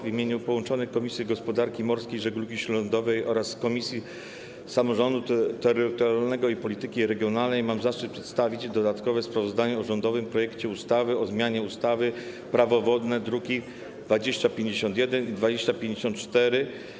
W imieniu połączonych Komisji: Gospodarki Morskiej i Żeglugi Śródlądowej oraz Samorządu Terytorialnego i Polityki Regionalnej mam zaszczyt przedstawić dodatkowe sprawozdanie o rządowym projekcie ustawy o zmianie ustawy - Prawo wodne, druki nr 2051 i 2054.